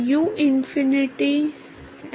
तो यदि आप इस ग्रेडिएंट को जानते हैं तो आपका काम हो गया